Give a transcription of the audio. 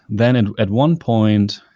then and at one point,